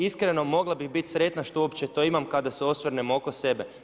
Iskreno mogla bi biti sretana što uopće to imam, kada se osvrnem oko sebe.